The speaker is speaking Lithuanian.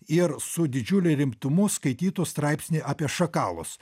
ir su didžiuliu rimtumu skaitytų straipsnį apie šakalus